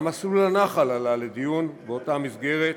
גם מסלול הנח"ל עלה לדיון באותה מסגרת,